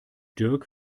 dirk